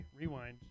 rewind